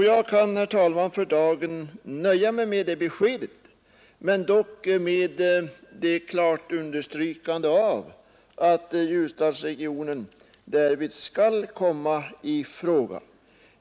Jag kan, herr talman, för dagen nöja mig med det beskedet, dock med ett klart understrykande av att Ljusdalsregionen därvid skall komma i fråga.